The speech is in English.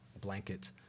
blanket